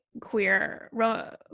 queer